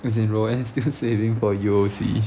as in roanne still saving for U_O_C